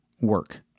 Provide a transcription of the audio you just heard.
work